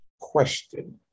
question